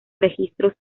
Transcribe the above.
registros